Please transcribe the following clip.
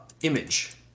image